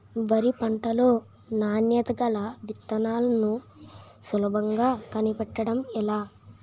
వరి పంట లో నాణ్యత గల విత్తనాలను సులభంగా కనిపెట్టడం ఎలా?